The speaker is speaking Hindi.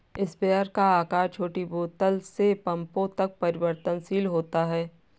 स्प्रेयर का आकार छोटी बोतल से पंपों तक परिवर्तनशील होता है